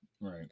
Right